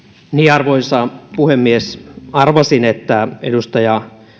arvoisa puhemies arvasin että edustaja